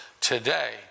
today